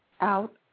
out